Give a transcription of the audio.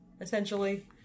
essentially